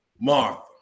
Martha